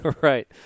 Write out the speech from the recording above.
Right